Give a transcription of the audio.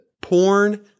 Porn